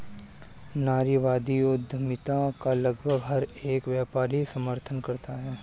नारीवादी उद्यमिता का लगभग हर एक व्यापारी समर्थन करता है